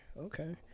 okay